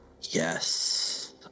Yes